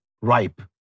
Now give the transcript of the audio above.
ripe